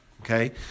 Okay